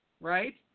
right